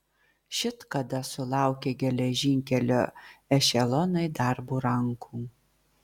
šit kada sulaukė geležinkelio ešelonai darbo rankų